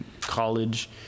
college